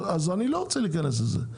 אני לא רוצה להיכנס לזה,